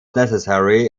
necessary